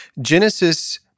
Genesis